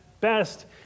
best